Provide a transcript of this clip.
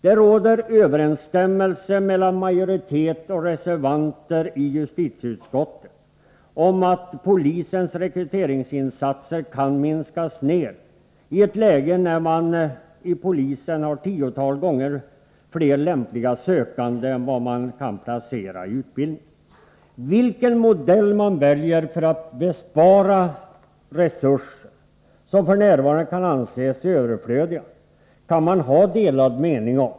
Det råder överensstämmelse mellan majoriteten och reservanterna i justitieutskottet om att polisens rekryteringsinsatser kan minskas i ett läge när man inom polisen har tiotalet gånger fler lämpliga sökande än man kan placera i utbildning. Vilken modell man skall välja för att spara resurser som f.n. kan anses överflödiga kan man ha delade meningar om.